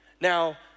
Now